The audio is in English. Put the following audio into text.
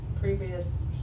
previous